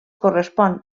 correspon